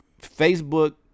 Facebook